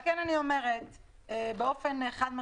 על כן אני אומרת באופן חד משמעי: